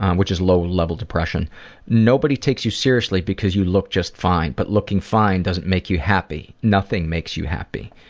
um which is low level depression nobody takes you seriously because you look just fine but looking fine doesn't make you happy. nothing makes you happy.